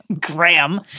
Graham